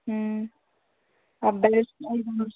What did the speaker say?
అబ్బాయిల